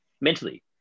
mentally